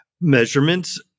measurements